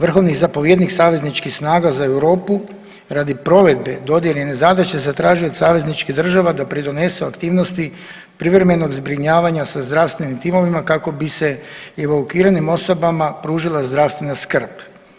Vrhovni zapovjednik savezničkih snaga za Europu radi provedbe dodijeljene zadaće zatražio je od savezničkih država da pridonesu aktivnosti privremenog zbrinjavanja sa zdravstvenim timovima kako bi se evakuiranim osobama pružila zdravstvena skrb.